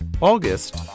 August